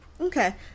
Okay